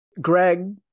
Greg